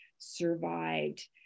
survived